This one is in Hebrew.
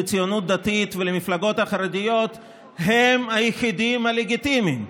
לציונות הדתית ולמפלגות החרדיות הם היחידים הלגיטימיים.